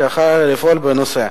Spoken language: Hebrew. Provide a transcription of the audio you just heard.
שהחלה לפעול בנושא,